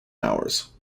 hours